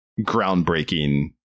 groundbreaking